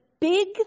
Big